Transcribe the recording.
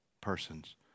persons